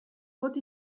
pot